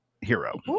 hero